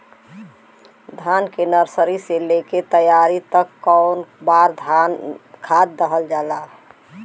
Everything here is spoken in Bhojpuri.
धान के नर्सरी से लेके तैयारी तक कौ बार खाद दहल जाला?